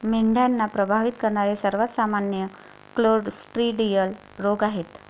मेंढ्यांना प्रभावित करणारे सर्वात सामान्य क्लोस्ट्रिडियल रोग आहेत